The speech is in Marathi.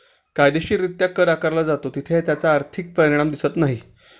कायदेशीररित्या कर आकारला जातो तिथे त्याचा आर्थिक परिणाम दिसत नाही